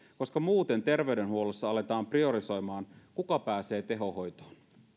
koska muuten terveydenhuollossa aletaan priorisoimaan kuka pääsee tehohoitoon